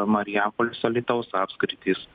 marijampolės alytaus apskritys